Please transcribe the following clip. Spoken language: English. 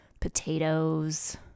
potatoes